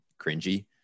cringy